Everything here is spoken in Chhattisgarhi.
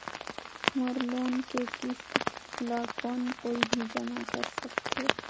मोर लोन के किस्त ल कौन कोई भी जमा कर सकथे?